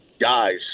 guys